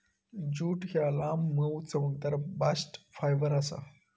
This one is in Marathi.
ज्यूट ह्या लांब, मऊ, चमकदार बास्ट फायबर आसा